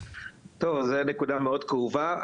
טוב, אז זה נקודה מאד כאובה,